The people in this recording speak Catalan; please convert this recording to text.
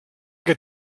que